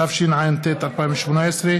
התשע"ט 2018,